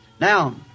Now